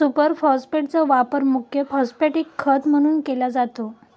super फॉस्फेटचा वापर मुख्य फॉस्फॅटिक खत म्हणून केला जातो